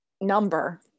number